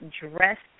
dressed